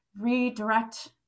redirect